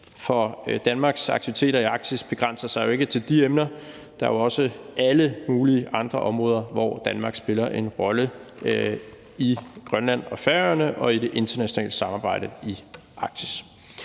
For Danmarks aktiviteter i Arktis begrænser sig jo ikke til de emner; der er også alle mulige andre områder, hvor Danmark spiller en rolle i Grønland og på Færøerne og i det internationale samarbejde i Arktis.